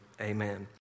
Amen